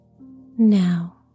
Now